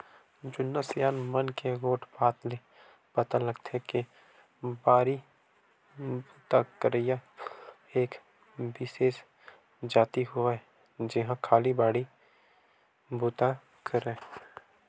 जुन्ना सियान मन के गोठ बात ले पता लगथे के बाड़ी बूता करइया एक बिसेस जाति होवय जेहा खाली बाड़ी बुता करय